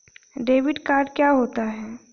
Debit card क्या होता है?